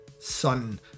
son